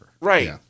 Right